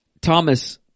Thomas